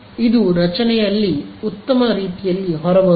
ಇದು ರಚನೆಯಲ್ಲಿ ಉತ್ತಮ ರೀತಿಯಲ್ಲಿ ಹೊರಬರುತ್ತದೆ